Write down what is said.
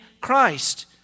Christ